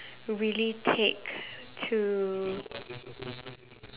really take to